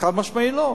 חד-משמעית לא.